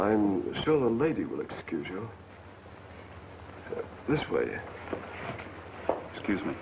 i'm sure the lady will excuse you this way excuse me